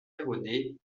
erronée